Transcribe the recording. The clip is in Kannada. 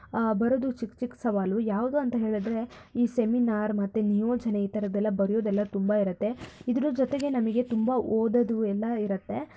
ಬರೋದು ಚಿಕ್ಕ ಚಿಕ್ಕ ಸವಾಲು ಯಾವುದು ಅಂತ ಹೇಳಿದರೆ ಈ ಸೆಮಿನಾರ್ ಮತ್ತು ನಿಯೋಜನೆ ಈ ಥರದ್ದೆಲ್ಲ ಬರೆಯೋದೆಲ್ಲ ತುಂಬ ಇರತ್ತೆ ಇದರ ಜೊತೆಗೆ ನಮಗೆ ತುಂಬ ಓದೋದು ಎಲ್ಲ ಇರತ್ತೆ